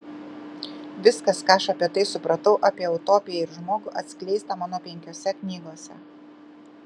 viskas ką aš apie tai supratau apie utopiją ir žmogų atskleista mano penkiose knygose